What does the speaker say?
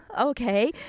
Okay